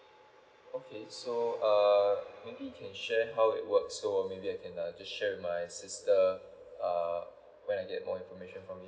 okay so uh maybe you can share how it works so maybe I can uh to share with my sister uh when I get more information from you